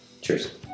Cheers